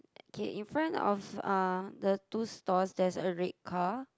okay in front of uh the two stores there's a red car